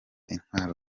intwaro